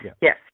Yes